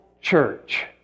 church